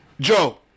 Joe